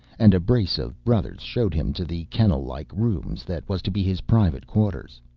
and a brace of brothers showed him to the kennellike room that was to be his private quarters.